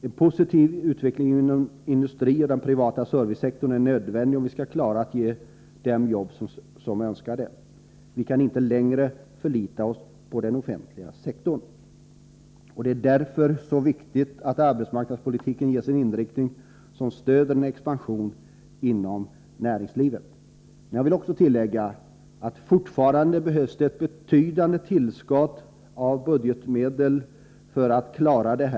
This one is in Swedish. En positiv utveckling inom industrin och den privata servicesektorn är nödvändig, om vi skall klara av att ge dem jobb som önskar det. Vi kan inte längre förlita oss på den offentliga sektorn. Det är därför mycket viktigt att arbetsmarknadspolitiken ges en inriktning som stöder en expansion inom näringslivet. Men jag vill tillägga att det fortfarande behövs ett betydande tillskott av budgetmedel för att klara detta.